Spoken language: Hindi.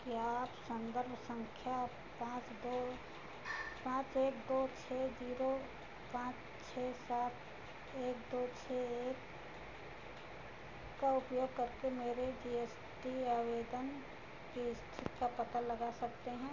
क्या आप संदर्भ संख्या पाँच दो पाँच एक दो छः जीरो पाँच छः सात एक दो छः एक का उपयोग करके मेरे जी एस टी आवेदन की स्थिति का पता लगा सकते हैं